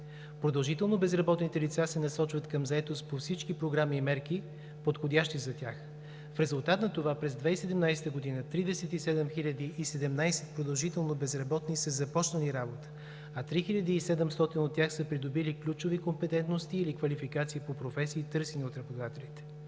Продължително безработните лица се насочват към заетост по всички програми и мерки, подходящи за тях. В резултат на това през 2017 г. 37 017 продължително безработни са започнали работа, а 3700 от тях са придобили ключови компетентности или квалификация по професии, търсени от работодателите.